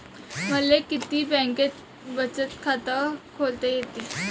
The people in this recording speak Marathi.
मले किती बँकेत बचत खात खोलता येते?